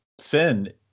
sin